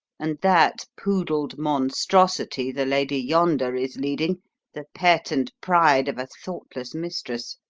and that poodled monstrosity the lady yonder is leading the pet and pride of a thoughtless mistress.